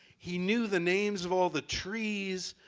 he knew the names of all the trees,